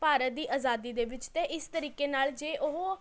ਭਾਰਤ ਦੀ ਆਜ਼ਾਦੀ ਦੇ ਵਿੱਚ ਅਤੇ ਇਸ ਤਰੀਕੇ ਨਾਲ਼ ਜੇ ਉਹ